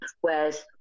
whereas